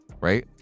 Right